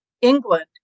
England